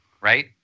Right